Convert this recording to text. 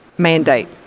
mandate